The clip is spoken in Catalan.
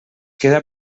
queda